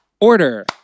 Order